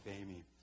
Amy